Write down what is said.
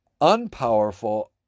unpowerful